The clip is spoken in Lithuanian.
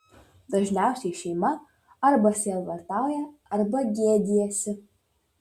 dažniausiai šeima arba sielvartauja arba gėdijasi